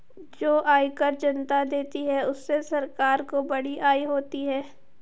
जो आयकर जनता देती है उससे सरकार को बड़ी आय होती है